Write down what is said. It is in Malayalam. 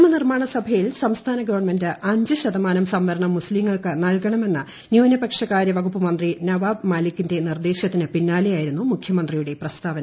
നിയമനിർമ്മാണ സഭയിൽ സംസ്ഥാന ഗവൺമെന്റ് അഞ്ച് ശതമാനം സംവരണം മുസ്തീങ്ങൾക്ക് നൽകണമെന്ന ന്യൂനപക്ഷകാര്യ വകുപ്പ് മന്ത്രി നവാബ് മാലിക്കിന്റെ നിർദ്ദേശത്തിന്റു പിന്നാലെയായിരുന്നു മുഖ്യമന്ത്രിയുടെ പ്രസ്താവന